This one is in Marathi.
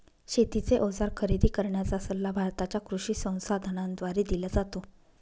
शेतीचे अवजार खरेदी करण्याचा सल्ला भारताच्या कृषी संसाधनाद्वारे दिला जातो